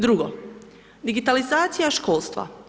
Drugo, digitalizacija školstva.